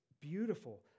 beautiful